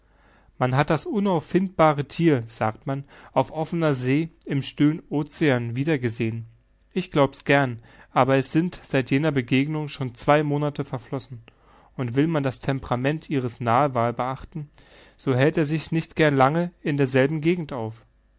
man hat das unauffindbare thier sagt man auf offener see im stillen ocean wieder gesehen ich glaub's gern aber es sind seit jener begegnung schon zwei monate verflossen und will man das temperament ihres narwal beachten so hält er sich nicht gern lange in denselben gegenden auf